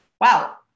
wow